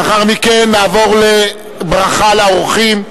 לאחר מכן נעבור לברכה לאורחים,